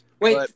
Wait